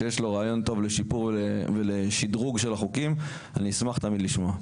שיש לו רעיון טוב לשיפור ולשדרוג של החוקים אני אשמח תמיד לשמוע.